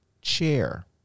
chair